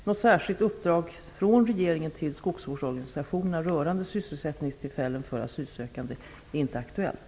Något särskilt uppdrag från regeringen till skogsvårdsorganisationerna rörande sysselsättningstillfällen för asylsökande är inte aktuellt.